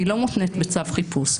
והיא לא מותנית בצו חיפוש.